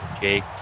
Jake